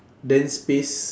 then space